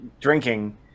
drinking